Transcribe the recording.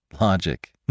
Logic